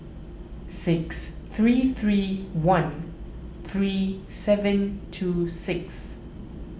six three three one three seven two six